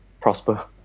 prosper